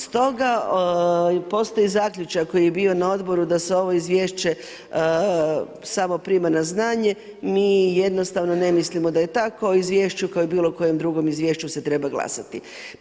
Stoga postoji zaključak koji je bio na odboru da se ovo izvješće samo prima na znanje, mi jednostavno ne mislimo da je tako, izvješće koje je bilo o kojem drugom izvješću se treba glasati.